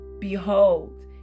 Behold